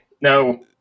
No